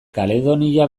kaledonia